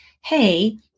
hey